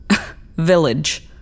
Village